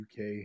UK